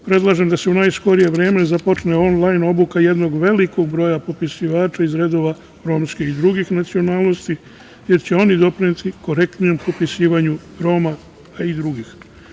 Predlažem da se u najskorije vreme počne onlajn obuka jednog velikog broja popisivača iz redova romske i druge nacionalnosti, jer će oni doprineti korektnijem popisivanju Roma, a i drugih.